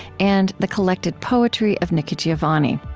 and the collected poetry of nikki giovanni.